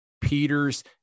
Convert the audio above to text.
Peters